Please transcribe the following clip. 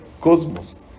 cosmos